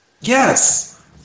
Yes